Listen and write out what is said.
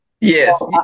yes